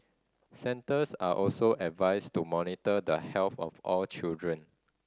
centres are also advised to monitor the health of all children